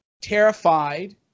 terrified